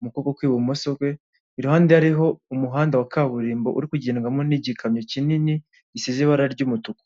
mu ku kw'ibumoso kwe iruhande harihoho umuhanda wa kaburimbo uri kugendwamo n'igikamyo kinini gisize ibara ry'umutuku.